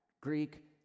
Greek